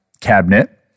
cabinet